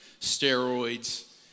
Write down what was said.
steroids